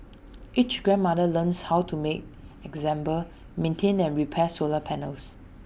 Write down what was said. each grandmother learns how to make example maintain and repair solar panels